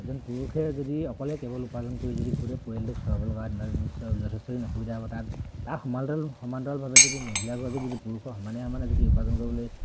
এজন পুৰুষে যদি অকলে কেৱল উপাৰ্জন কৰি যদি গোটেই পৰিয়ালটোক চলাব লগা হয় তেন্তে নিশ্চয় যথেষ্টখিনি অসুবিধা হ'ব তাৰ তাৰ সমান্তৰাল সমান্তৰালভাৱে যদি মহিলাগৰাকীয়ে যদি পুৰুষৰ সমানে সমানে যদি উপাৰ্জন কৰিবলৈ